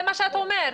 זה מה שאתה אומר.